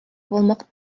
болмок